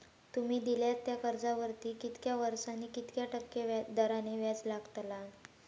तुमि दिल्यात त्या कर्जावरती कितक्या वर्सानी कितक्या टक्के दराने व्याज लागतला?